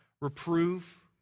reprove